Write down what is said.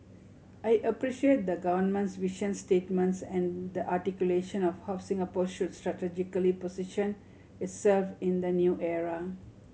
I appreciate the Government's vision statements and the articulation of how Singapore should strategically position itself in the new era